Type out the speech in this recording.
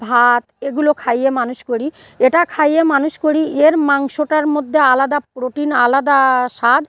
ভাত এগুলো খাইয়ে মানুষ করি এটা খাইয়ে মানুষ করি এর মাংসটার মধ্যে আলাদা প্রোটিন আলাদা স্বাদ